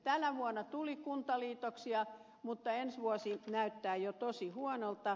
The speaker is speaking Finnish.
tänä vuonna tuli kuntaliitoksia mutta ensi vuosi näyttää jo tosi huonolta